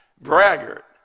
braggart